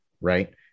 right